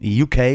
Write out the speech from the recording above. UK